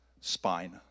spine